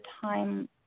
time